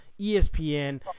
ESPN